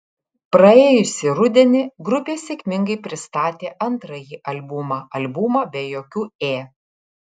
praėjusį rudenį grupė sėkmingai pristatė antrąjį albumą albumą be jokių ė